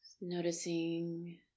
noticing